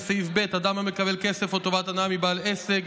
אדם המקבל כסף או טובת הנאה מבעל עסק,